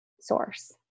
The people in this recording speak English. source